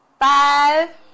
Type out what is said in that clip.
five